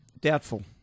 doubtful